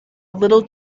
little